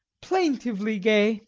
plaintively gay